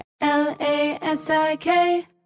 L-A-S-I-K